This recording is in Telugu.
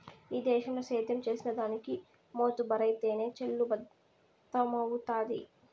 ఈ దేశంల సేద్యం చేసిదానికి మోతుబరైతేనె చెల్లుబతవ్వుతాది